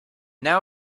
now